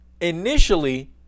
initially